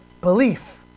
Belief